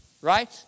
right